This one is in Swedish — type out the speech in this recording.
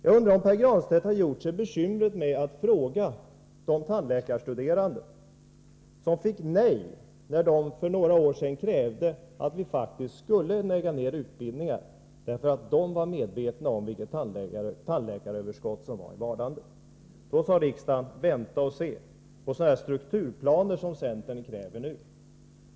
Jag undrar om Pär Granstedt har gjort sig bekymret att fråga de tandläkarstuderande som fick nej när de för några år sedan krävde att vi faktiskt skulle lägga ned utbildningar — därför att de var medvetna om det tandläkaröverskott som var i vardande. Då sade riksdagen: Vänta och se! Man skulle vänta på sådana strukturplaner som centern kräver nu.